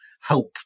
help